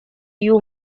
you